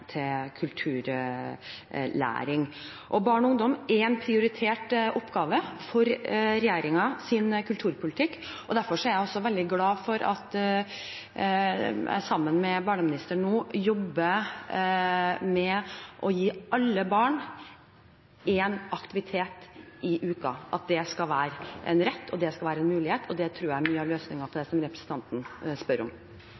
kulturlæring. Barn og ungdom er en prioritert oppgave i regjeringens kulturpolitikk. Derfor er jeg veldig glad for at jeg sammen med barneministeren nå jobber med å gi alle barn en aktivitet i uken – at det det skal være en rett, at det skal være en mulighet. Det tror jeg er mye av løsningen på det som representanten spør om.